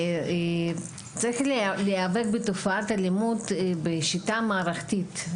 צריך להיאבק בתופעת האלימות בשיטה מערכתית,